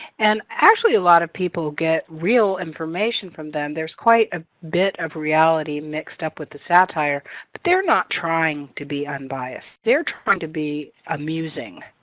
and actually a lot of people get real information from them. there's quite a bit of reality mixed up with the satire but they're not trying to be unbiased. they're trying to be amusing,